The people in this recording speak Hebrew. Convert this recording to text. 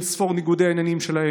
בעניין: יכול להיות שכל האנשים שנותנים